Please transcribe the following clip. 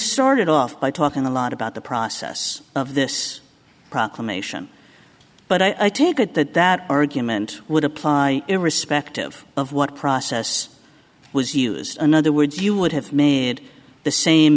started off by talking a lot about the process of this proclamation but i take it that that argument would apply irrespective of what process was used in other words you would have made the same